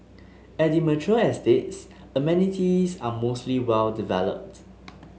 at the mature estates amenities are mostly well developed